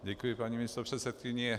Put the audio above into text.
Děkuji, paní místopředsedkyně.